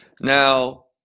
Now